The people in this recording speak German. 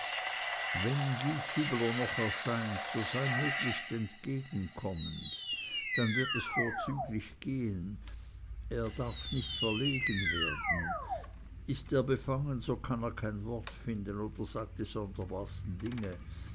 wenn gieshübler noch erscheint so sei möglichst entgegenkommend dann wird es vorzüglich gehen er darf nicht verlegen werden ist er befangen so kann er kein wort finden oder sagt die sonderbarsten dinge